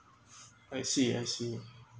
I see I see